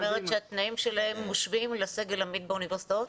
זאת אומרת שהתנאים שלהם מושווים לסגל עמית באוניברסיטאות?